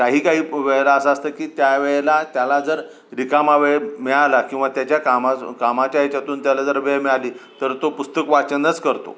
काही काही वेळेला असं असतं की त्या वेळेला त्याला जर रिकामा वेळ मिळाला किंवा त्याच्या कामा कामाच्या याच्यातून त्याला जर वेळ मिळाली तर तो पुस्तक वाचनच करतो